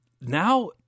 now